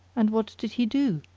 and what did he do?